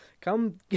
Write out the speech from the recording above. come